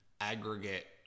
aggregate